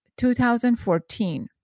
2014